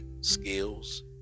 skills